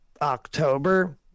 October